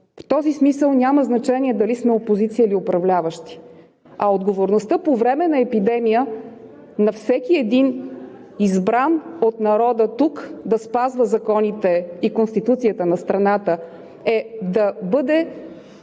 В този смисъл няма значение дали сме опозиция или управляващи. Отговорността по време на епидемия на всеки един избран от народа тук е да спазва законите и Конституцията на страната, да бъде